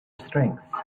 strengths